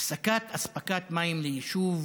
הפסקת אספקת מים ליישוב,